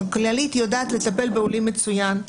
כללית יודעת לטפל בעולים מצוין,